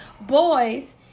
Boys